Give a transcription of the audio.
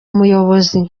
umuyobozi